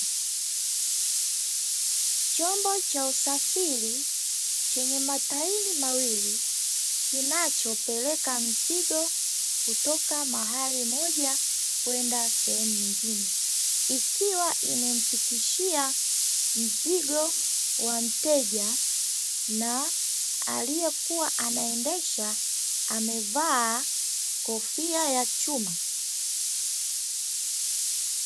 Chombo cha usafiri chenye matairi mawili kinachopeleka mzigo kutoka mahali moja kwenda sehemu nyingine, ikiwa imemfikishia mzigo wa mteja, na aliyekuwa anaendesha amevaa kofia ya chuma.